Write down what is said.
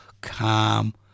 calm